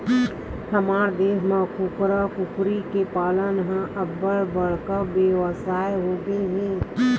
हमर देस म कुकरा, कुकरी के पालन ह अब्बड़ बड़का बेवसाय होगे हे